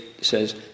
says